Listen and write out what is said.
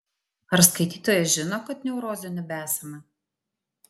ar skaitytojas žino kad neurozių nebesama